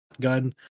gun